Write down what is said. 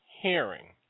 hearing